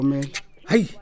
Hey